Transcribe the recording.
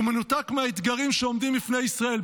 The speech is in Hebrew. הוא מנותק מהאתגרים שעומדים בפני ישראל.